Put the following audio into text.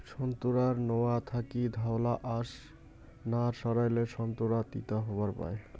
সোন্তোরার নোয়া থাকি ধওলা আশ না সারাইলে সোন্তোরা তিতা হবার পায়